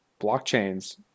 blockchains